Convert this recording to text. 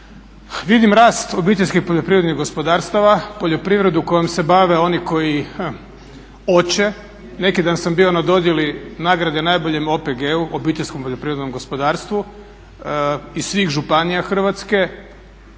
Vidim rast obiteljskih poljoprivrednih gospodarstava, poljoprivredu kojom se bave oni koji hoće. Neki dan sam bio na dodjeli nagrade najboljem OPG-u, obiteljskom poljoprivrednom gospodarstvu iz svih županija Hrvatske.